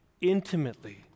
intimately